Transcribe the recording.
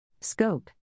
Scope